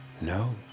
No